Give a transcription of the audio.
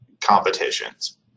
competitions